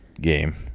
game